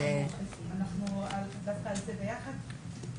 אנחנו דווקא על זה ביחד.